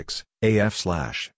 AF-slash